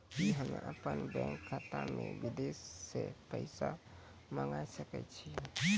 कि होम अपन बैंक खाता मे विदेश से पैसा मंगाय सकै छी?